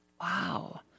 Wow